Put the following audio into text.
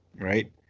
right